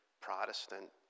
Protestant